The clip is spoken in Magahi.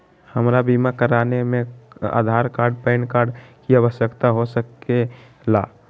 हमरा बीमा कराने में आधार कार्ड पैन कार्ड की आवश्यकता हो सके ला?